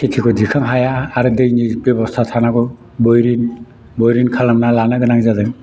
खेथिखौ दिखांनो हाया आरो दैनि बेबस्था थानांगौ बयरिं खालामना लानो गोनां जादों